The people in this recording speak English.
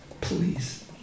Please